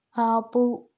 ఆపు